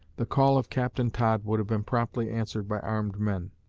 the call of captain todd would have been promptly answered by armed men.